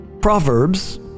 Proverbs